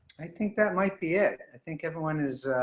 i think that might be it. i think everyone is